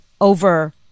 over